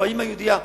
או האמא יהודייה,